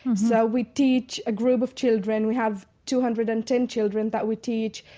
so we teach a group of children. we have two hundred and ten children that we teach,